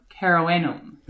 caroenum